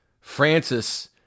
Francis